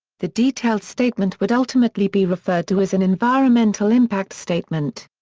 the detailed statement would ultimately be referred to as an environmental impact statement.